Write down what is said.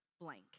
blank